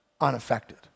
unaffected